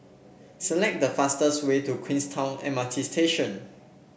select the fastest way to Queenstown M R T Station